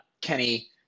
kenny